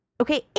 Okay